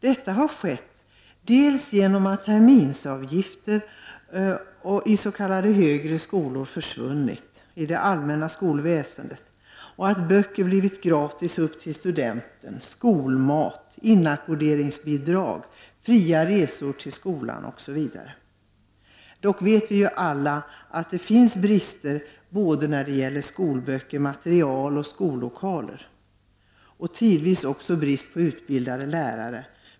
Detta har skett dels genom att terminsavgifter i s.k. högre skolor försvunnit i det allmänna skolväsendet och att böcker blivit gratis upp till studenten, dels genom skolmat, inackorderingsbidrag, fria resor till skolan osv. Dock vet vi alla att det finns brister när det gäller såväl skolböcker och material som skollokaler och att det tidvis också råder brist på utbildade lärare.